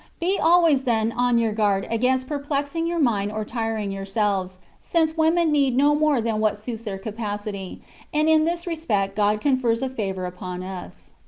be always, then, on your guard against perplexing your mind or tiring yourselves, since women need no more than what suits their capacity and in this respect god con fers a favour upon us.